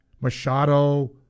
Machado